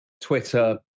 Twitter